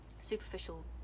superficial